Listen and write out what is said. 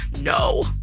no